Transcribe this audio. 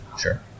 Sure